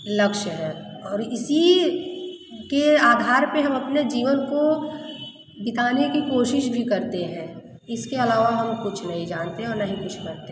लक्ष्य है और इसी के आधार पर हम अपने जीवन को बिताने की कोशिश भी करते हैं इसके अलावा हम कुछ नहीं जानते हैं और नहीं कुछ मानते हैं